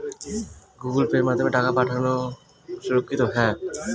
Google পের মাধ্যমে টাকা পাঠানোকে সুরক্ষিত?